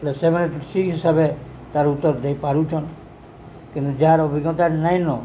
ସେମାନେ ଠିକ୍ ହିସାବେ ତାର ଉତ୍ତର ଦେଇ ପାରୁଛନ୍ କିନ୍ତୁ ଯାହାର ଅଭିଜ୍ଞତା ନାଇଁନ